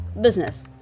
business